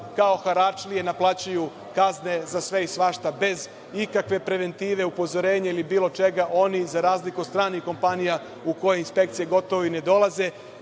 kao haračlije naplaćuju kazne za sve i svašta, bez ikakve preventive, upozorenja ili bilo čega. Za razliku od stranih kompanija u koje inspekcije gotovo i ne dolazi,